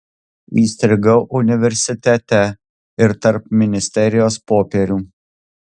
įstrigau universitete ir tarp ministerijos popierių